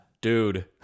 Dude